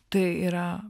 tai yra